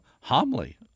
homily